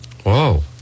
Whoa